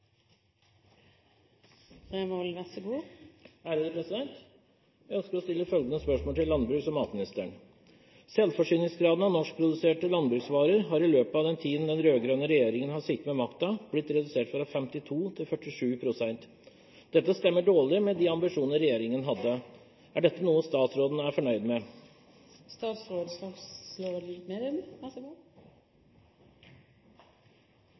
og matministeren: «Selvforsyningsgraden av norskproduserte landbruksvarer har i løpet av den tiden den rød-grønne regjeringen har sittet med makten, blitt redusert fra 52 pst. til 47 pst. Dette stemmer dårlig med de ambisjoner regjeringen hadde. Er dette noe statsråden er fornøyd med?»